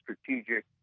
strategic